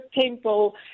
temple